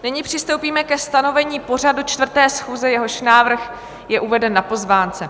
Nyní přistoupíme ke stanovení pořadu 4. schůze, jehož návrh je uveden na pozvánce.